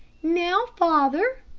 now, father,